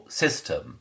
system